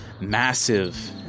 massive